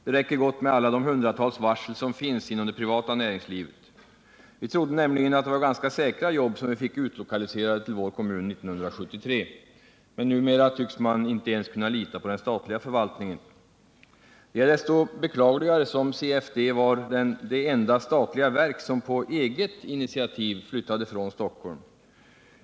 Det räcker gott med alla de hundratals varsel som finns inom det privata näringslivet. Vi trodde nämligen att det var ganska säkra jobb som vi fick utlokaliserade till vår kommun 1973. Men numera tycks man inte ens kunna lita på den statliga förvaltningen. Det är desto beklagligare som CFD var det enda statliga verk som på eget initiativ flyttade från Stockholm.